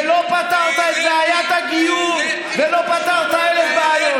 ולא פתרת את בעיית הגיור, העליתי.